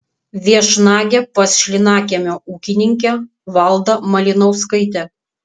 viešnagė pas šlynakiemio ūkininkę valdą malinauskaitę